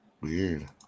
weird